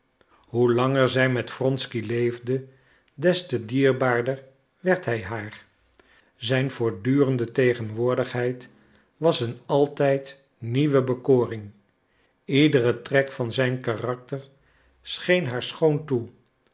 hoe langer zij met wronsky leefde des te dierbaarder werd hij haar zijn voortdurende tegenwoordigheid was een altijd nieuwe bekoring iedere trek van zijn karakter scheen haar schoon toe